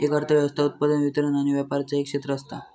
एक अर्थ व्यवस्था उत्पादन, वितरण आणि व्यापराचा एक क्षेत्र असता